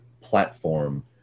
platform